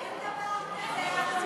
דבר כזה.